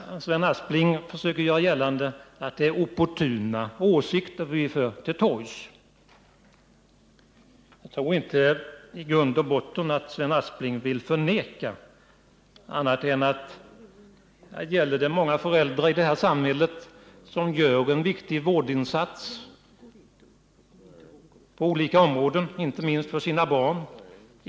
Sven Aspling försöker göra gällande att det är opportuna åsikter som vi för till torgs. Jag tror inte att Sven Aspling i grund och botten vill förneka att många föräldrar gör en viktig vårdinsats på olika områden av vårt samhälle, inte minst för sina barn.